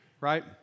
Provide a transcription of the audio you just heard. right